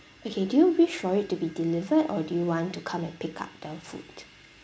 okay do you wish for it to be delivered or do you want to come and pick up the food